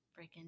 freaking